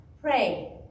pray